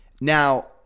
now